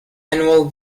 annual